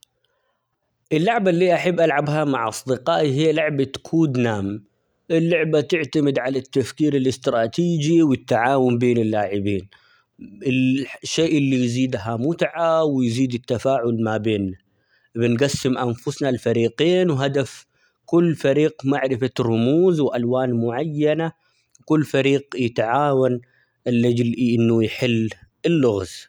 اللعبة اللي أحب ألعبها مع أصدقائي هي لعبة كود نام اللعبة تعتمد على التفكير الاستراتيجي، والتعاون بين اللاعبين الشيء اللي يزيدها متعة ،ويزيد التفاعل ما بينا ،بنقسم انفسنا لفريقين وهدف كل فريق معرفة رموز ،وألوان معينة ،كل فريق يتعاون لأجل إنه يحل اللغز.